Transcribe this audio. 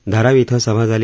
धारावी इथं सभा झाली